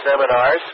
seminars